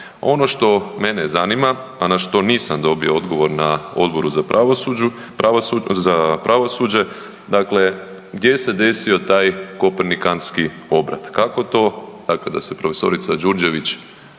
Ono što mene zanima, a na što nisam dobio odgovor na Odboru za pravosuđe, dakle gdje se desio taj Kopernikantski obrat, kako to dakle da se prof. Đurđević